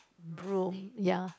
broom yeah